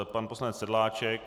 Pan poslanec Sedláček?